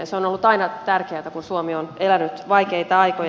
se on ollut aina tärkeätä kun suomi on elänyt vaikeita aikoja